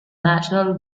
national